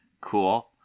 cool